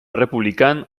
errepublikan